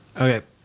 Okay